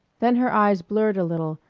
then her eyes blurred a little,